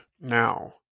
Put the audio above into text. now